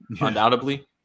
undoubtedly